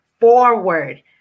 forward